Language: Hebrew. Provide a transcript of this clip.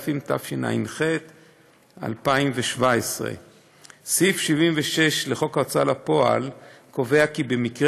התשע"ח 2017. סעיף 76 לחוק ההוצאה לפועל קובע כי במקרה